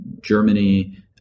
Germany